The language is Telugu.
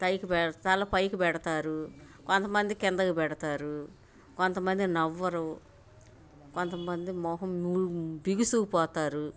పైకి పెడ తల పైకి పెడతారు కొంత మంది కిందకు పెడతారు కొంత మంది నవ్వరు కొంత మంది మొహం బిగుసుకుపోతారు